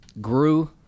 grew